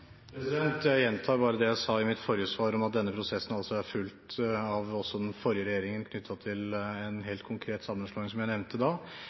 Jeg gjentar bare det jeg sa i mitt forrige svar om at denne prosessen også er fulgt av den forrige regjeringen knyttet til en helt konkret sammenslåing, som jeg nevnte.